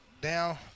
down